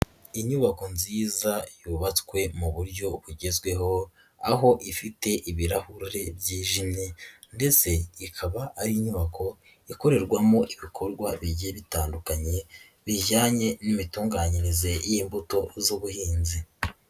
Inyubako nziza yubatswe mu buryo bugezweho aho ifite ibirahure byijimye ndetse ikaba ari inyubako ikorerwamo ibikorwa bigiye bitandukanye bijyanye n'imitunganyirize y'imbuto z'ubuhinzi.